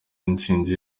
intsinzi